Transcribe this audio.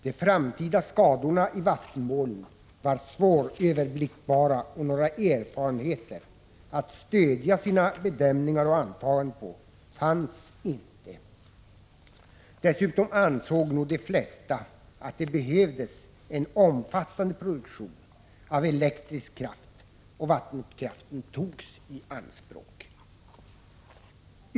De framtida skadorna i vattenmålen var svåröverblickbara och några erfarenheter att stödja sina bedömningar och antaganden på fanns inte. Dessutom ansåg nog de flesta att det behövdes en omfattande produktion av elektrisk kraft, och vattenkraften togs i anspråk.